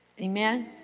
Amen